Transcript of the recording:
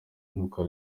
nikwo